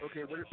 Okay